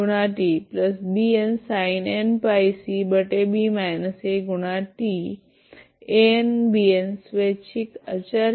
तो स्वैच्छिक अचर है